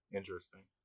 interesting